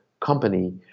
company